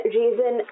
reason